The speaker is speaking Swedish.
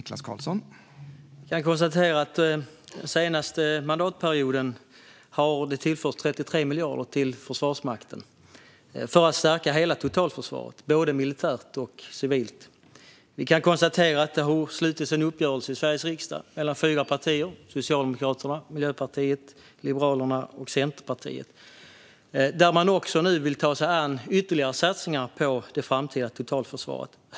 Herr talman! Jag konstaterar att 33 miljarder har tillförts till Försvarsmakten under den senaste mandatperioden för att stärka hela totalförsvaret, både militärt och civilt. Det har slutits en uppgörelse i Sveriges riksdag mellan fyra partier: Socialdemokraterna, Miljöpartiet, Liberalerna och Centerpartiet. Där vill man nu ta sig an ytterligare satsningar på det framtida totalförsvaret.